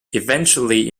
eventually